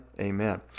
Amen